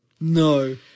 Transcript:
No